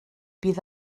bydd